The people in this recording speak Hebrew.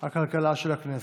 הכלכלה של הכנסת.